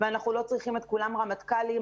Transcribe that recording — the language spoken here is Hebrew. ואנחנו לא צריכים את כולם רמטכ"לים,